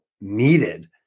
needed